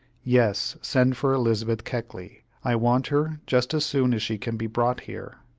yes, send for elizabeth keckley. i want her just as soon as she can be brought here.